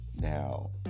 now